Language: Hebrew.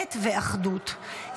מחלוקת ואחדות,